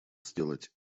сделать